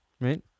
right